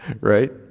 right